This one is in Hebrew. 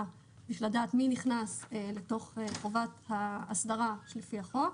לדעת מי נכנס לתוך חובת האסדרה לפי החוק.